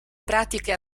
pratiche